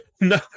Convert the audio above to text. No